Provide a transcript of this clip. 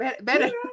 Better